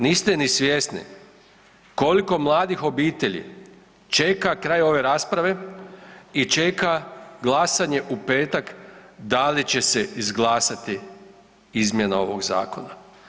Niste ni svjesni koliko mladih obitelji čeka kraj ove rasprave i čeka glasanje u petak da li će se izglasati izmjena ovog zakona.